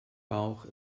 bauch